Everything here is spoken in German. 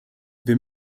wir